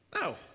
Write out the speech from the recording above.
No